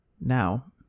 Now